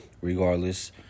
Regardless